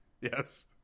Yes